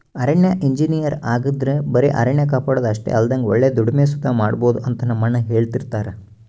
ಅರಣ್ಯ ಇಂಜಿನಯರ್ ಆಗಿದ್ರ ಬರೆ ಅರಣ್ಯ ಕಾಪಾಡೋದು ಅಷ್ಟೆ ಅಲ್ದಂಗ ಒಳ್ಳೆ ದುಡಿಮೆ ಸುತ ಮಾಡ್ಬೋದು ಅಂತ ನಮ್ಮಣ್ಣ ಹೆಳ್ತಿರ್ತರ